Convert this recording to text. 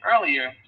earlier